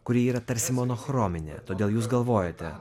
kuri yra tarsi monochrominė todėl jūs galvojate